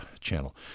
channel